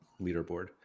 leaderboard